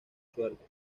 suerte